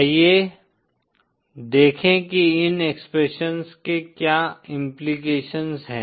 आइए देखें कि इन एक्सप्रेशंस के क्या इम्प्लिकेशन्स हैं